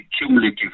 cumulative